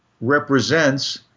represents